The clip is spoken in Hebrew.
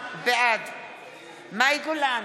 בעד מאי גולן,